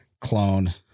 clone